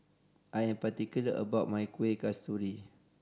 I am particular about my Kuih Kasturi